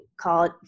called